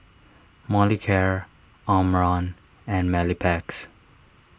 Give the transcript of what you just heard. Molicare Omron and Mepilex